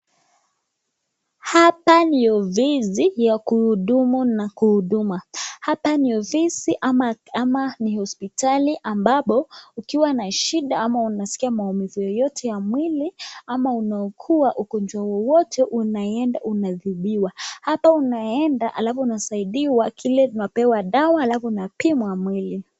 Hapa ni ovisi ya kuhudumu na kuhuduma. Hapa ni ofisi ama ni hospitali ambabo ukiwa na shida ama unaskia maumivu yoyote wa mwili ama unaugua ugonjwa wowote unaenda unadhibiwa. Hapa unaenda alafu unadaidiwa kile unapewa dawa alafu unapimwa mwili.